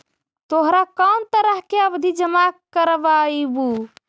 तोहरा कौन तरह के आवधि जमा करवइबू